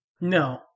No